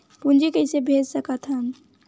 पूंजी कइसे भेज सकत हन?